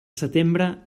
setembre